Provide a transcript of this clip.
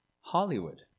Hollywood